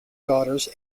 daughters